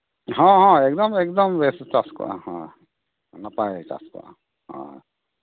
ᱦᱚᱸ ᱦᱚᱸ ᱮᱠᱫᱚᱢ ᱮᱠᱫᱚᱢ ᱜᱮ ᱪᱟᱥ ᱠᱚᱜᱼᱟ ᱦᱚᱸ ᱱᱟᱯᱟᱭ ᱜᱮ ᱪᱟᱥ ᱠᱚᱜᱼᱟ ᱦᱚᱸ